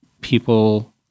people